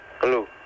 Hello